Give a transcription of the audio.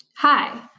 Hi